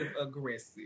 aggressive